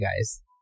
guys